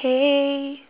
!hey!